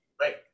right